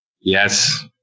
Yes